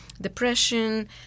depression